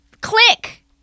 click